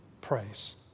praise